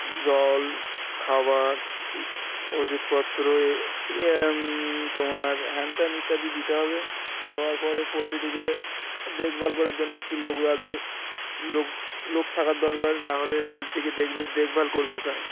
জল খাবার ইত ওষুধপত্র ইয়ে তোমার হ্যান ত্যান ইত্যাদি দিতে হবে দেওয়ার পরে পোলট্রিটিকে দেখভাল করার জন্য একটি লোক রাখবে লোক লোক থাকার দরকার না হলে পোলট্রিটিকে দেখবে দেখভাল করবে কারা